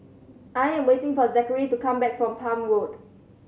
I am waiting for Zachery to come back from Palm Road